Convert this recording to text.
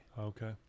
Okay